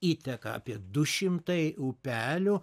įteka apie du šimtai upelių